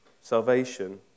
salvation